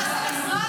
העולם